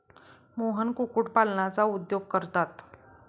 मोहन कुक्कुटपालनाचा उद्योग करतात